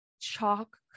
chalk